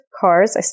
cars